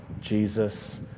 Jesus